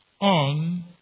on